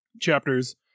chapters